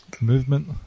movement